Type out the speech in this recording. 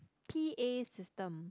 _ A system